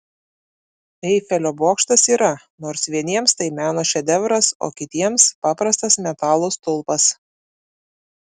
eifelio bokštas yra nors vieniems tai meno šedevras o kitiems paprastas metalo stulpas